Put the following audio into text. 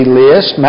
list